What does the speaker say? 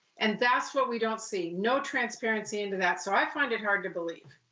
and that's what we don't see, no transparency into that. so i find it hard to believe.